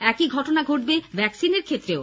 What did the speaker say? একই ঘটনা ঘটবে ভ্যাকসিন এর ক্ষেত্রেও